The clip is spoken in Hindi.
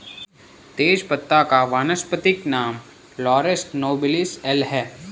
तेजपत्ता का वानस्पतिक नाम लॉरस नोबिलिस एल है